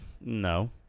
No